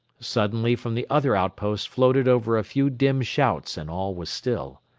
suddenly from the other outpost floated over a few dim shouts and all was still.